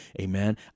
amen